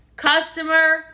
Customer